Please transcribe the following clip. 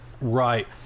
Right